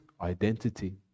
Identity